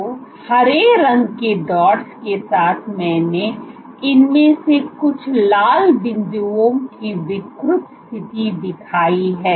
तो हरे रंग के डॉट्स के साथ मैंने इनमें से कुछ लाल बिंदुओं की विकृत स्थिति दिखाई है